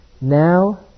Now